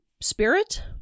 spirit